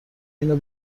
اینو